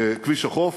כביש החוף,